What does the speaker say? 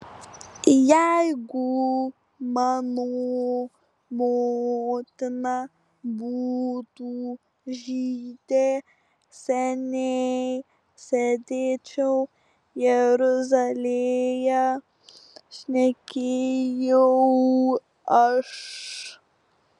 jeigu mano motina būtų žydė seniai sėdėčiau jeruzalėje šnekėjau aš